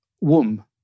womb